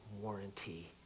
warranty